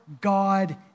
God